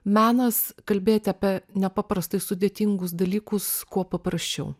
menas kalbėti apie nepaprastai sudėtingus dalykus kuo paprasčiau